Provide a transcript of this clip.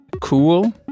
Cool